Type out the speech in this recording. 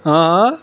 હં હં